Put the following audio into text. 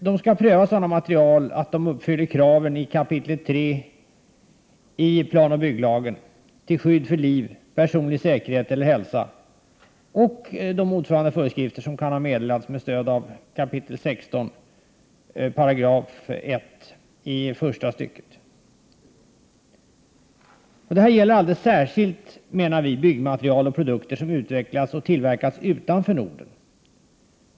Produkterna och materialen skall nämligen uppfylla de krav som ställs i kap. 3 i planoch bygglagen till skydd för liv, personlig säkerhet eller hälsa och i motsvarande föreskrifter som kan ha meddelats med stöd av 16 kap., 1§ första stycket i samma lag. Vi menar att det här alldeles särskilt gäller byggmaterial och byggprodukter som har utvecklats och tillverkats utanför Norden.